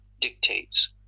dictates